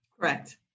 Correct